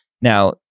Now